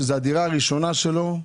שזו הדירה הראשונה שלו,